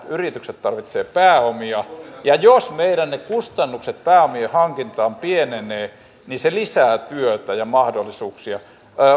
yritykset tarvitsevat pääomia ja jos ne meidän kustannukset pääomien hankinnasta pienenevät niin se lisää työtä ja mahdollisuuksia